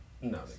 No